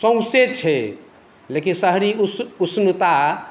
सौंसे छै लेकिन शहरी उष उष्णता